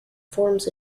forms